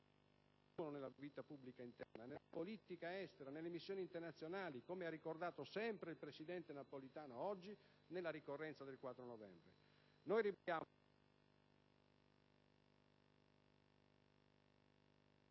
nella vita pubblica interna e nella politica estera, nelle missioni internazionali, come ha ricordato il presidente Napolitano oggi, nella ricorrenza del 4 novembre.